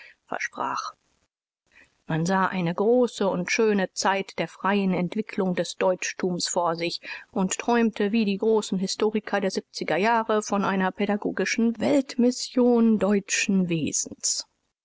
versprach man sah eine große u schöne zeit der freien entwicklung des deutschtums vor sich u träumte wie die großen historiker der siebziger jahre von einer pädagogischen weltmission deutschen wesens